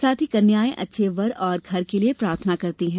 साथ ही कन्यायें अच्छे वर और घर के लिए प्रार्थना करती हैं